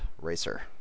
racer